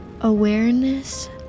awareness